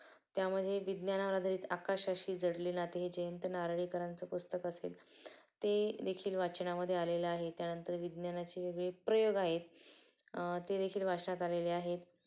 त्यामध्ये विज्ञानावर आधारित आकाशाशी जडले नाते हे जयंत नारळीकरांचं पुस्तक असेल ते देखील वाचनामध्ये आलेलं आहे त्यानंतर विज्ञानाची वेगळे प्रयोग आहेत ते देखील वाचनात आलेले आहेत